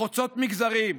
חוצות מגזרים,